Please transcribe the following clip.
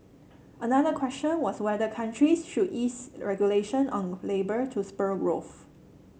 another question was whether countries should ease regulation on labour to spur growth